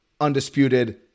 undisputed